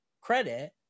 credit